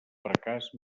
fracàs